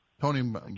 Tony